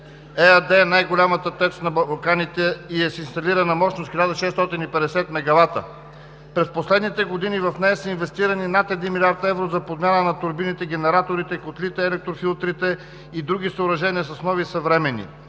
ЕАД е най-голямата ТЕЦ на Балканите и е с инсталирана мощност 1650 мегавата. През последните години в нея са инвестирани над един милиард евро за подмяна на турбините, генераторите, котлите, електрофилтрите и други съоръжения с нови, съвременни.